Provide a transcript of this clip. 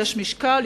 יש משקל,